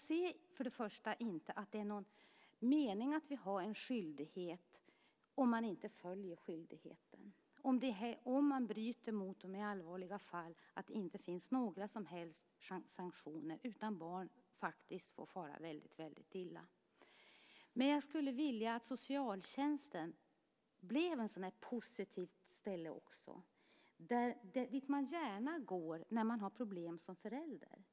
Jag ser inte någon mening med att vi har en skyldighet om man inte följer den, om man bryter mot den i allvarliga fall och det inte finns några som helst sanktioner, utan barn faktiskt får fara väldigt illa. Jag skulle vilja att socialtjänsten blev ett positivt ställe dit man gärna går när man har problem som förälder.